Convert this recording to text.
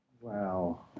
Wow